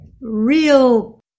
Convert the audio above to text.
real